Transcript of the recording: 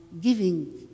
giving